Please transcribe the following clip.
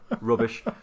rubbish